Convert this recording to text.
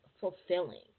fulfilling